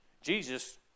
Jesus